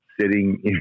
sitting